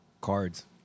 cards